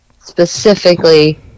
Specifically